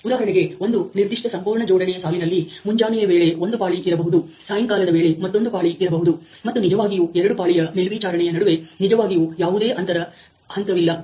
ಉದಾಹರಣೆಗೆ ಒಂದು ನಿರ್ದಿಷ್ಟ ಸಂಪೂರ್ಣ ಜೋಡಣೆ ಸಾಲಿನಲ್ಲಿ ಮುಂಜಾನೆಯ ವೇಳೆ ಒಂದು ಪಾಳಿ ಇರಬಹುದು ಸಾಯಂಕಾಲದ ವೇಳೆಗೆ ಮತ್ತೊಂದು ಪಾಳಿ ಇರಬಹುದು ಮತ್ತು ನಿಜವಾಗಿಯೂ ಎರಡು ಪಾಳಿಯ ಮೇಲ್ವಿಚಾರಣೆಯ ನಡುವೆ ನಿಜವಾಗಿಯೂ ಯಾವುದೇ ಅಂತರ ಹಂತವಿಲ್ಲ